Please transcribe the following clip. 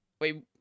Wait